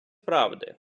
правди